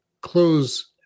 close